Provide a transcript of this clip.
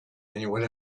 anyone